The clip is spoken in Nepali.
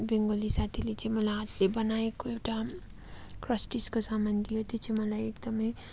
बङ्गाली साथीले चाहिँ मलाई हातले बनाएको एउटा क्रस्टिजको सामान दियो त्यो चाहिँ मलाई एकदमै